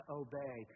obey